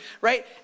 right